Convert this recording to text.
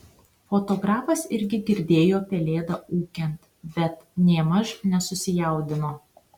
fotografas irgi girdėjo pelėdą ūkiant bet nėmaž nesusijaudino